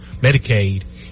Medicaid